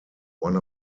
one